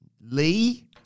Lee